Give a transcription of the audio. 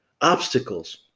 obstacles